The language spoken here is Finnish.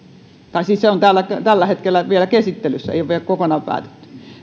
siis se on täällä tällä hetkellä vielä käsittelyssä ei ole vielä kokonaan päätetty